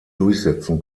durchsetzen